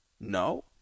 No